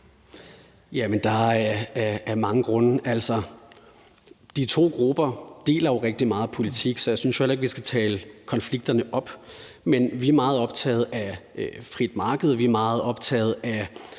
Jamen der er mange grunde. De to grupper deler jo rigtig meget politik, så jeg synes heller ikke, at vi skal tale konflikterne op. Men vi er meget optaget af det frie marked, vi er meget optaget af